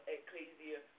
Ecclesia